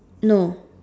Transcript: no